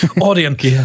audience